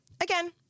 again